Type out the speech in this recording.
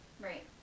Right